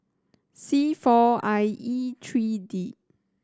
C four I E three D